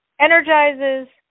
energizes